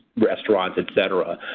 restaurants, et cetera.